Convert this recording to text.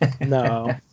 No